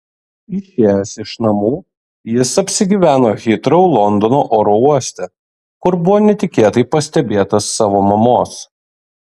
išėjęs iš namų jis apsigyveno hitrou londono oro uoste kur buvo netikėtai pastebėtas savo mamos